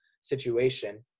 situation